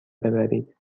ببرید